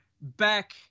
back